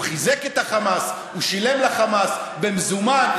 הוא חיזק את החמאס, הוא שילם לחמאס במזומן,